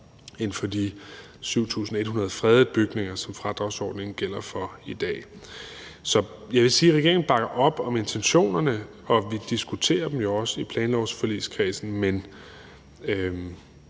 end for de 7.100 fredede bygninger, som fradragsordningen gælder for i dag. Så jeg vil sige, at regeringen bakker op om intentionerne, og vi diskuterer dem jo også i planlovsforligskredsen, men